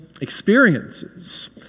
experiences